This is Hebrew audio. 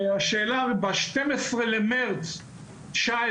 בשתים עשרה למרץ 2019,